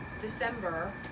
December